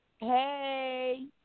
Hey